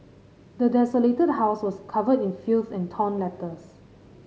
the desolated house was covered in filth and torn letters